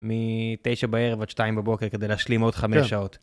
מתשע בערב עד שתיים בבוקר כדי להשלים עוד חמש שעות.